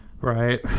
Right